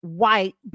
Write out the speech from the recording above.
white